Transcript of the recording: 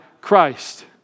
Christ